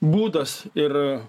būdas ir